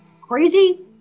crazy